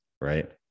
right